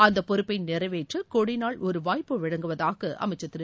அந்த பொறுப்பை நிறைவேற்ற கொடி நாள் ஒரு வாய்ப்பு வழங்குவதாக அமைச்சர் திரு